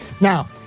Now